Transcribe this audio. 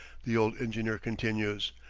the old engineer continues,